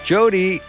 Jody